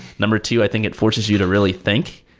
number two, i think it forces you to really think.